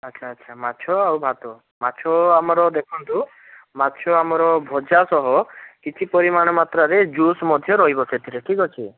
ଆଚ୍ଛା ଆଚ୍ଛା ମାଛ ଆଉ ଭାତ ମାଛ ଆମର ଦେଖନ୍ତୁ ମାଛ ଆମର ଭଜା ସହ କିଛି ପରିମାଣ ମାତ୍ରାରେ ଜୁସ୍ ମଧ୍ୟ ରହିବ ସେଥିରେ ଠିକ୍ ଅଛି